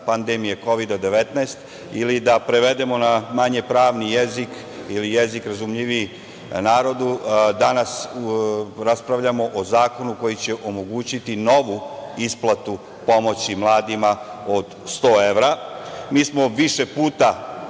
pandemije Kovid-19, ili da prevedemo na manje pravni jezik ili jezik razumljiviji narodu, danas raspravljamo o zakonu koji će omogućiti novu isplatu pomoći mladima od 100 evra. Mi smo više puta